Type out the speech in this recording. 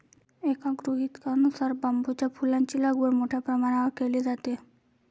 एका गृहीतकानुसार बांबूच्या फुलांची लागवड मोठ्या प्रमाणावर केली जाते